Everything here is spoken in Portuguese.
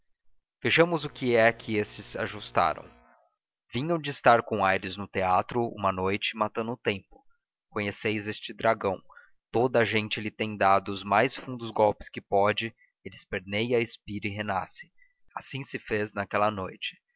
vejamos o que é que eles ajustaram vinham de estar com aires no teatro uma noite matando o tempo conheceis este dragão toda a gente lhe tem dado os mais fundos golpes que pode ele esperneia expira e renasce assim se fez naquela noite